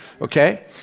Okay